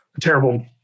terrible